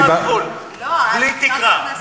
בלי תקרה.